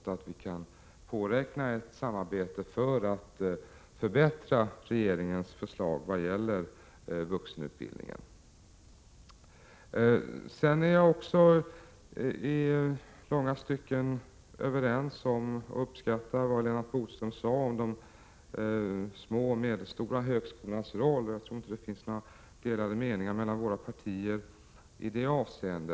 Jag hoppas att vi kan påräkna ett samarbete för att förbättra regeringens förslag när det gäller vuxenutbildningen. I långa stycken är vi överens med Lennart Bodström, och vi uppskattar vad han sade om de små och medelstora högskolornas roll. Det torde inte finnas några delade meningar mellan våra partier i detta avseende.